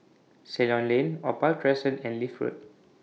Ceylon Lane Opal Crescent and Leith Road